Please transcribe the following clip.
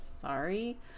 Sorry